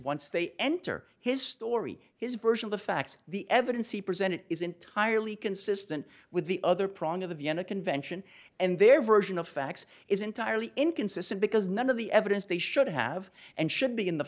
once they enter his story his version of the facts the evidence he presented is entirely consistent with the other prong of the vienna convention and their version of facts is entirely inconsistent because none of the evidence they should have and should be in the